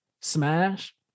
smash